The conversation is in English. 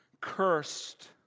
cursed